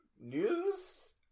news